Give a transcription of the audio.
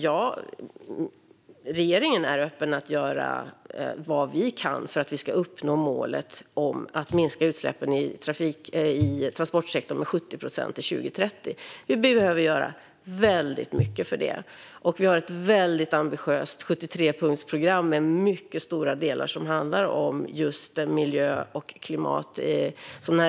Ja, regeringen är öppen för att göra vad vi kan för att vi ska uppnå målet om att minska utsläppen i transportsektorn med 70 procent till 2030. Vi behöver göra väldigt mycket för det. Regeringen kommer under de här tre åren att genomföra ett väldigt ambitiöst 73-punktsprogram med mycket stora delar som handlar om miljö och klimat.